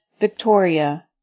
Victoria